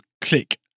click